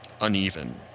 uneven